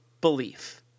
belief